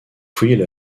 fouillé